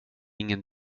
ingen